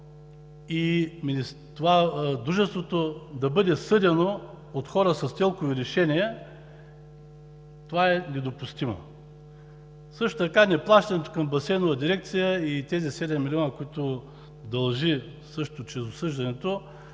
и Дружеството да бъде съдено от хора с ТЕЛК-ови решения, е недопустимо. Също така неплащането към Басейнова дирекция и тези 7 милиона, които дължи също чрез осъждането,